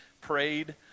prayed